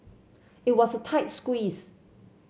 it was a tight squeeze